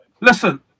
Listen